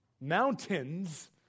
Mountains